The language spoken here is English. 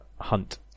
hunt